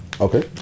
okay